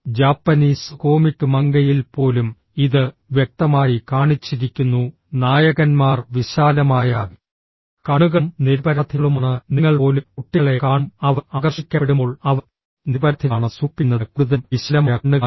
Japanese comic മംഗയിൽ പോലും ഇത് വ്യക്തമായി കാണിച്ചിരിക്കുന്നു നായകന്മാർ വിശാലമായ കണ്ണുകളും നിരപരാധികളുമാണ് നിങ്ങൾ പോലും കുട്ടികളെ കാണും അവർ ആകർഷിക്കപ്പെടുമ്പോൾ അവർ നിരപരാധികളാണെന്ന് സൂചിപ്പിക്കുന്നതിന് കൂടുതലും വിശാലമായ കണ്ണുകളായിരിക്കും